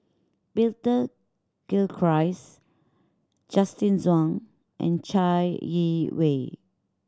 Peter Gilchrist Justin Zhuang and Chai Yee Wei